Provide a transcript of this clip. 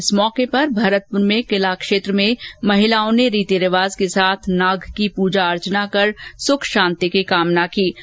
इस अवसर पर भरतपुर में किला क्षेत्र में महिलाओं ने रीति रिवाज के साथ नाग की पूजा अर्चना कर सुख शांति की कामना की ै